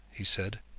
he said.